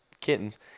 kittens